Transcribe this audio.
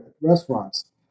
restaurants